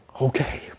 okay